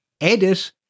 edit